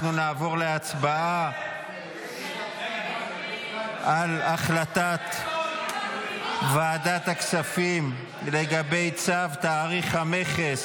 אנחנו נעבור להצבעה על החלטת ועדת הכספים לגבי צו תעריף המכס